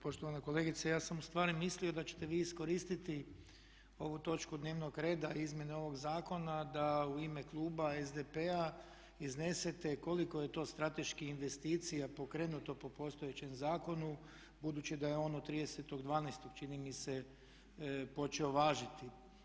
Poštovana kolegice ja sam ustvari mislio da ćete vi iskoristiti ovu točku dnevnog reda i izmjene ovog zakona da u ime kluba SDP-a iznesete koliko je to strateških investicija pokrenuto po postojećem zakonu, budući da je on od 30.12. čini mi se počeo važiti.